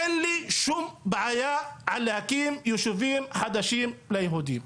אין לי שום בעיה להקים יישובים חדשים ליהודים.